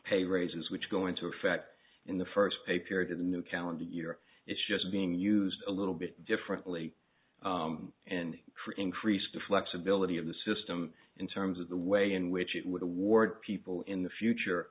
pay raises which go into effect in the first pay period of the new calendar year it's just being used a little bit differently and for increased the flexibility of the system in terms of the way in which it would award people in the future